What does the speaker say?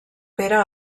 pere